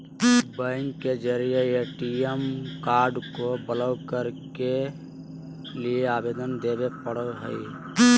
bank के जरिए ATM card को ब्लॉक करे के लिए आवेदन देबे पड़ो हइ